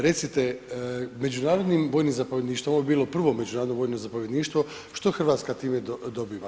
Recite međunarodnim bojnim zapovjedništvom, ovo bi bilo prvo međunarodno vojno zapovjedništvo, što Hrvatska time dobiva?